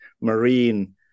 marine